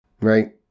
right